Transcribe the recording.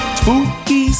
Spooky